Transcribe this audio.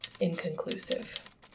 inconclusive